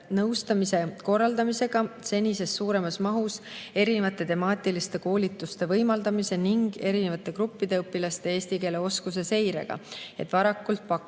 nõustamise korraldamisega senisest suuremas mahus, erinevate temaatiliste koolituste võimaldamise ning erinevate gruppide õpilaste eesti keele oskuse seirega, et varakult pakkuda